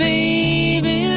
Baby